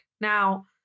Now